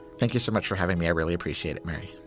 thank you so much for having me. i really appreciate it, mary